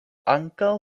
ankaŭ